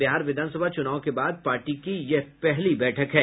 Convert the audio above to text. बिहार विधानसभा चुनाव के बाद पार्टी की यह पहली बैठक है